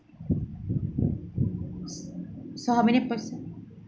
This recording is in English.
s~ so how many pers~